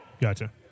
gotcha